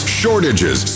shortages